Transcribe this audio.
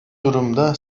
durumda